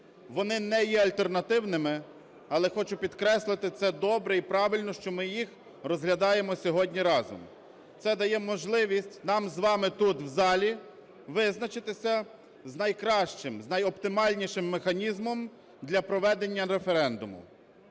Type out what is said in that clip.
Вони не є альтернативними. Але хочу підкреслити, це добре і правильно, що ми їх розглядаємо сьогодні разом. Це дає можливість нам з вами тут, в залі, визначитися з найкращим, з найоптимальнішим механізмом для проведення референдуму.